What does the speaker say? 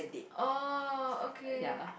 oh okay